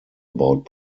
about